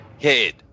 head